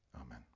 amen